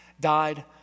died